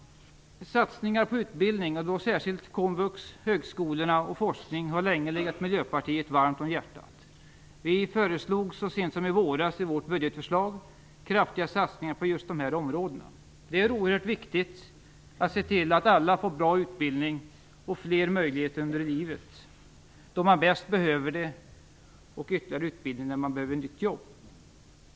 Satsningar på utbildning, och då särskilt komvux och högskolorna, och forskning har länge legat Miljöpartiet varmt om hjärtat. Vi föreslog kraftiga satsningar på just de här områdena så sent som i våras i vårt budgetförslag. Det är oerhört viktigt att se till att alla får bra utbildning och fler möjligheter under livet då man bäst behöver det och ytterligare utbildning när man behöver nytt jobb.